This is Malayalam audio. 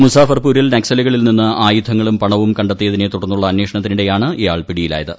മുസാഫർപൂരിൽ നക്സലുകളിൽ നിന്നും ആയുധങ്ങളും പണവും കണ്ടെത്തിയതിനെ തുടർന്നുള്ള അന്വേഷണത്തിനിടെയാണ് ഇയാൾ പിടിയിലായത്